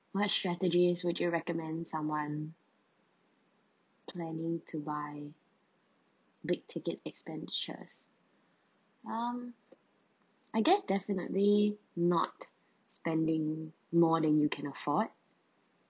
what strategies would you recommend someone planning to buy big ticket expenditures um I guess definitely not spending more than you can afford